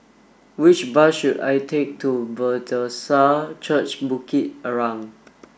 which bus should I take to Bethesda Church Bukit Arang